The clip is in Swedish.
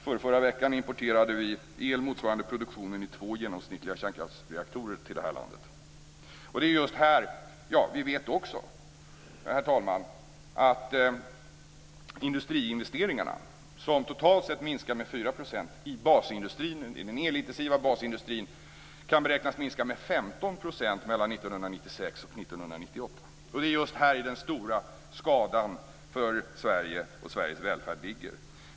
Förrförra veckan importerade vi el motsvarande produktionen i två genomsnittliga kärnkraftsreaktorer till landet. Vi vet också, herr talman, att industriinvesteringarna, som totalt sett minskar med 4 % i den elintensiva basindustrin, kan beräknas minska med 15 % mellan 1996 och 1998. Det är just här den stora skadan för Sverige och Sveriges välfärd ligger.